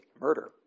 murder